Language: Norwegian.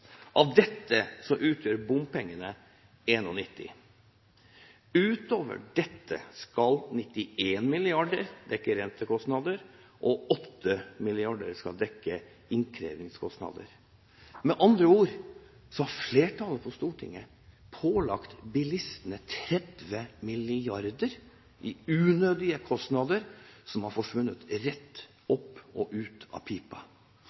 Av dette utgjør bompengene 91 mrd. Utover dette skal 21 mrd. kr dekke rentekostnader, og 8 mrd. kr skal dekke innkrevingskostnader. Med andre ord har flertallet på Stortinget pålagt bilistene 30 mrd. kr i unødige kostnader, som har forsvunnet rett opp og ut gjennom pipa.